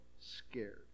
scared